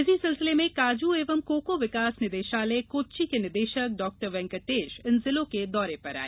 इसी सिलसिले में काजू एवं कोको विकास निदेशालय कोच्ची के निदेशक डॉ येंकटेश एन हुबल्ली इन जिलों के दैरे पर आए